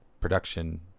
production